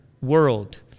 world